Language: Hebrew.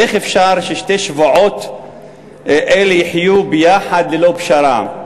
איך אפשר ששתי שבועות אלה יחיו יחד ללא פשרה?